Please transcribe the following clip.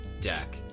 deck